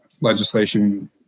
legislation